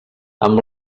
amb